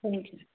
okay